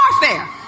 warfare